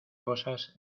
cosas